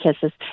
kisses